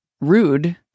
rude